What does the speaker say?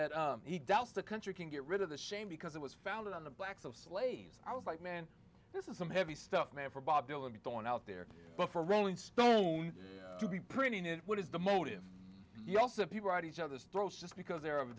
that he doubts the country can get rid of the shame because it was founded on the blacks of slaves i was like man this is some heavy stuff man for bob dylan going out there but for rolling stone to be printing it what is the motive you also people are at each other's throats just because they're of a